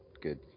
good